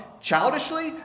childishly